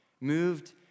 moved